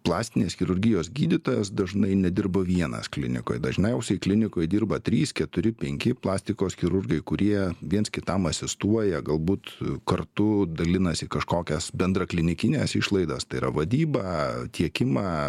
plastinės chirurgijos gydytojas dažnai nedirba vienas klinikoj dažniausiai klinikoj dirba trys keturi penki plastikos chirurgai kurie viens kitam asistuoja galbūt kartu dalinasi kažkokias bendraklinikines išlaidas tai yra vadybą tiekimą